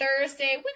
Thursday